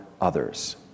others